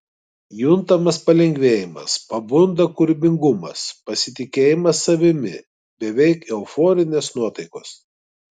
juntamas palengvėjimas pabunda kūrybingumas pasitikėjimas savimi beveik euforinės nuotaikos